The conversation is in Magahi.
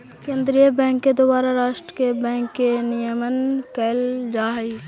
केंद्रीय बैंक के द्वारा राष्ट्र के बैंक के नियमन कैल जा हइ